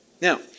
Now